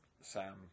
sam